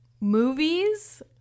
Movies